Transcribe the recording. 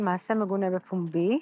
מעשה מגונה בפומבי,